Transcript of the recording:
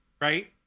Right